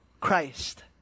Christ